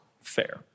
Fair